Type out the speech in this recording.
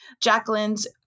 Jacqueline's